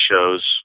shows